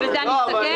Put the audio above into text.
ובזה אני אסכם,